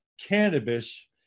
cannabis